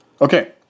Okay